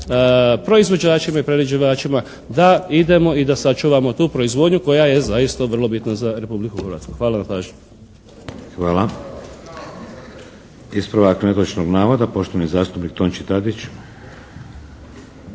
proizvođačima i prerađivačima da idemo i da sačuvamo tu proizvodnju koja je zaista vrlo bitna za Republiku Hrvatsku. Hvala na pažnji. **Šeks, Vladimir (HDZ)** Hvala. Ispravak netočnog navoda, poštovani zastupnik Tonči Tadić.